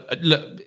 look